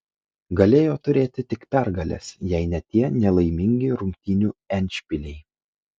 galėjo turėti tik pergales jei ne tie nelaimingi rungtynių endšpiliai